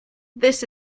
this